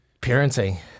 parenting